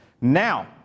Now